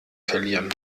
verlieren